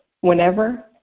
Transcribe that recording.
Whenever